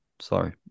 sorry